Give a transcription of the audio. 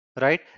right